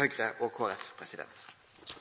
Høgre og